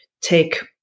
take